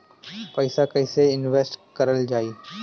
पैसा कईसे इनवेस्ट करल जाई?